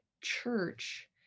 church